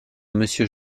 monsieur